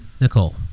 Nicole